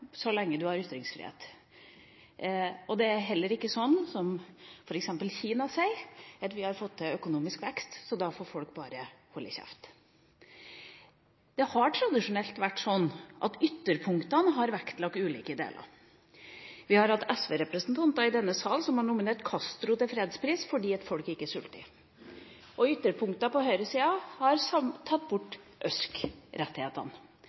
så lenge du har ytringsfrihet. Det er heller ikke sånn som f.eks. Kina sier, at vi har fått til økonomisk vekst, så da får folk bare holde kjeft. Det har tradisjonelt vært sånn at ytterpunktene har vektlagt ulike deler. Vi har hatt SV-representanter i denne sal som har nominert Castro til fredsprisen, fordi folk ikke sulter. Ytterpunktene på høyresida har tatt